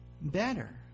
better